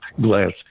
Glass